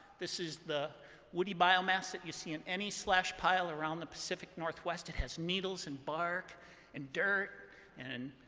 this is the woody biomass that you see in any slash pile around the pacific northwest. it has needles and bark and dirt and